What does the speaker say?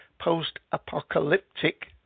post-apocalyptic